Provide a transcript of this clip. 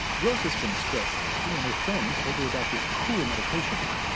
rosa's been stressed lately, and her friend told her about this cool meditation app.